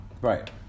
Right